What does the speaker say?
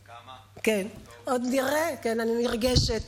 כן, אני נרגשת.